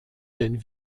denn